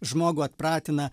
žmogų atpratina